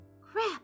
Crap